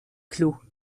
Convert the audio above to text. clos